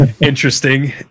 interesting